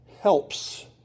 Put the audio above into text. Helps